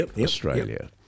Australia